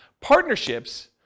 partnerships